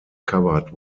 covered